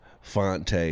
Fonte